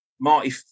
marty